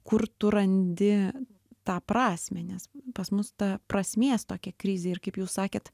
kur tu randi tą prasmę nes pas mus ta prasmės tokia krizė ir kaip jūs sakėt